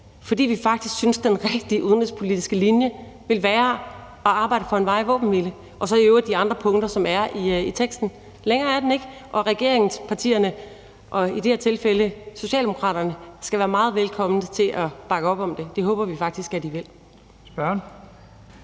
fordi vi faktisk synes, at den rigtige udenrigspolitiske linje ville være at arbejde for en varig våbenhvile og så i øvrigt de andre punkter, som er i teksten. Længere er den ikke. Og regeringspartierne og i det her tilfælde Socialdemokraterne skal være meget velkommen til at bakke op om det; det håber vi faktisk at I vil. Kl.